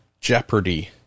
jeopardy